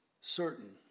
certain